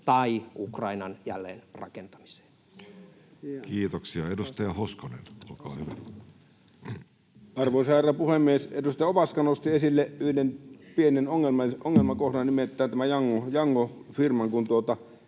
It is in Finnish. tai Ukrainan jälleenrakentamiseen. Kiitoksia. — Edustaja Hoskonen, olkaa hyvä. Arvoisa herra puhemies! Edustaja Ovaska nosti esille yhden pienen ongelmakohdan, nimittäin tämän Yango-firman.